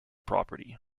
property